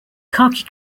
khaki